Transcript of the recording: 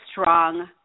strong